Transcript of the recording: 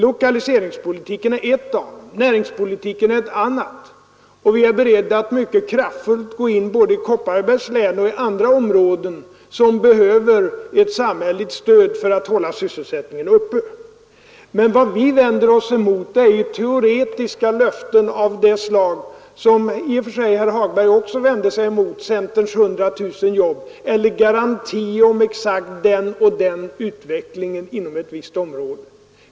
Lokaliseringspolitiken är ett av dem, näringspolitiken är ett annat. Vi är beredda att mycket kraftfullt gå in både i Kopparbergs län och i andra områden som behöver ett samhälleligt stöd för att hålla sysselsättningen uppe. Men vad vi vänder oss emot är teoretiska löften av samma slag — det vände sig också herr Hagberg emot — som centerns 100 000 nya jobb eller garantier för den eller den utvecklingen inom ett visst område.